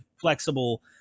flexible